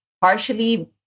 partially